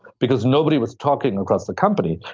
because nobody was talking across the company.